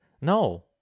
no